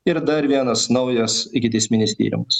ir dar vienas naujas ikiteisminis tyrimas